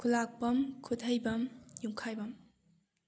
ꯈꯨꯜꯂꯥꯛꯄꯝ ꯈꯨꯠꯍꯩꯕꯝ ꯌꯨꯝꯈꯥꯏꯕꯝ